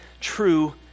true